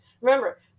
Remember